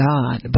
God